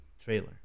Trailer